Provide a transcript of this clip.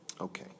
Okay